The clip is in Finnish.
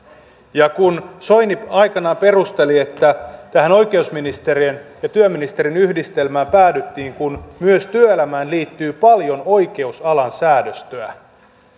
kun soini aikanaan perusteli että tähän oikeusministeriön ja työministeriön yhdistelmään päädyttiin kun myös työelämään liittyy paljon oikeusalan säädöstöä